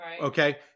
Okay